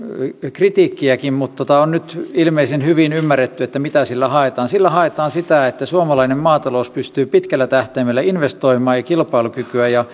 kritiikkiäkin mutta nyt on ilmeisen hyvin ymmärretty mitä sillä haetaan sillä haetaan sitä että suomalainen maatalous pystyy pitkällä tähtäimellä investoimaan ja kilpailukykyä ja